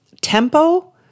tempo